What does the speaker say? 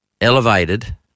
elevated